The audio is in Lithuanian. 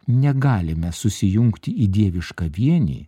negalime susijungt į dievišką vienį